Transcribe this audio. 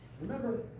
remember